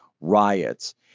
riots